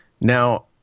Now